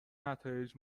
نتایج